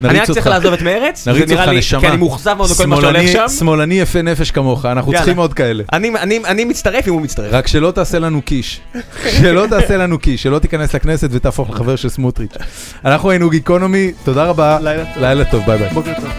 אני רק צריך לעזוב את מרץ, זה נראה לי כאילו מאוכזב מאוד מכל מה שהולך שם. שמאלני יפה נפש כמוך, אנחנו צריכים עוד כאלה. אני מצטרף אם הוא מצטרף. רק שלא תעשה לנו קיש. שלא תעשה לנו קיש, שלא תיכנס לכנסת ותהפוך לחבר של סמוטריץ'. אנחנו היינו גיקונומי, תודה רבה, לילה טוב, ביי ביי, בוקר טוב.